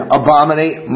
abominate